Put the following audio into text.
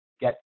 get